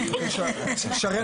שרן